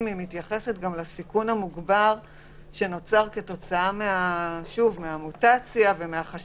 מתייחסת גם לסיכון המוגבר שנוצר כתוצאה מהמוטציה ומכך